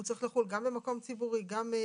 הוא צריך לחול גם במקום ציבורי וגם